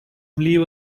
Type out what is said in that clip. leave